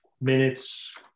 minutes